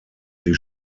die